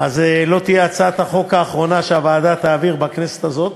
זו לא תהיה הצעת החוק האחרונה שהוועדה תעביר בכנסת הזאת,